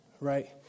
Right